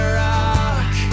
rock